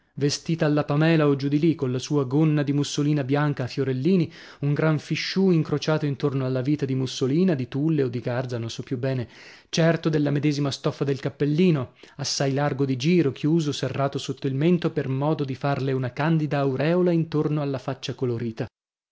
vestita alla pamela o giù di lì colla sua gonna di mussolina bianca a fiorellini un gran fisciù incrociato intorno alla vita di mussolina di tulle o di garza non so più bene certo della medesima stoffa del cappellino assai largo di giro chiuso serrato sotto il mento per modo da farle una candida aureola intorno alla faccia colorita